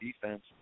defense